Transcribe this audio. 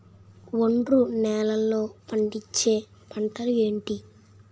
ఒండ్రు నేలలో పండించే పంటలు ఏంటి?